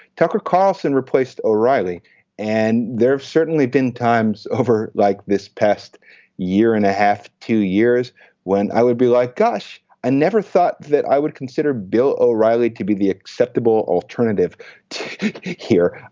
tucker carlson replaced o'reilly and there have certainly been times over like this past year and a half two years when i would be like gosh i never thought that i would consider bill o'reilly to be the acceptable alternative here.